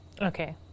Okay